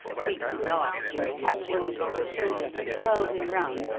cleek laughed, and catching him by the shoulder whirled him round,